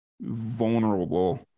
vulnerable